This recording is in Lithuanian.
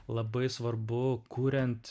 labai svarbu kuriant